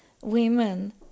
women